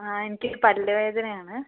ആ എനിക്ക് ഒരു പല്ല് വേദനയാണ്